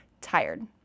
tired